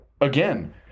again